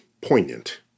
poignant